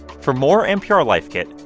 for more npr life kit,